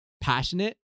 passionate